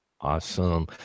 Awesome